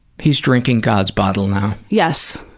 he's drinking god's bottle now. yes,